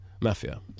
mafia